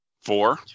Four